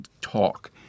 talk